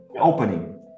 opening